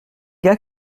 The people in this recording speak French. gars